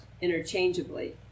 interchangeably